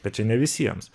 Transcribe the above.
bet čia ne visiems